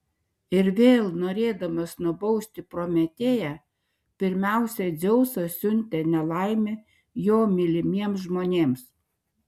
ir vėl norėdamas nubausti prometėją pirmiausia dzeusas siuntė nelaimę jo mylimiems žmonėms